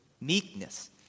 meekness